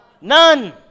None